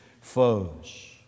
foes